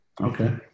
Okay